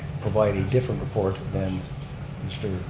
provide a different report than mr.